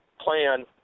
plan